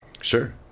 sure